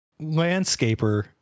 landscaper